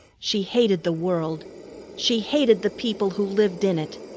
she hated the world she hated the people who lived in it.